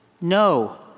No